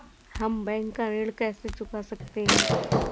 हम बैंक का ऋण कैसे चुका सकते हैं?